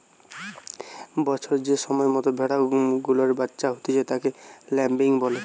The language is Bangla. বছরের যে সময়তে ভেড়া গুলার বাচ্চা হতিছে তাকে ল্যাম্বিং বলে